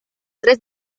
tres